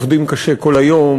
עובדים קשה כל היום,